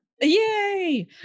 Yay